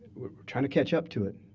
we're trying to catch up to it.